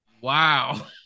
Wow